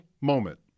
moment